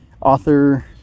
author